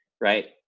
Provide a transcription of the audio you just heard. right